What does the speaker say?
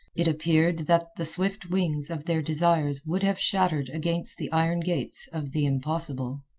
it appeared that the swift wings of their desires would have shattered against the iron gates of the impossible.